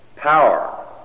Power